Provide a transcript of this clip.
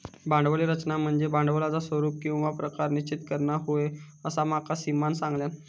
भांडवली रचना म्हनज्ये भांडवलाचा स्वरूप किंवा प्रकार निश्चित करना होय, असा माका सीमानं सांगल्यान